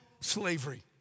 slavery